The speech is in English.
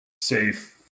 safe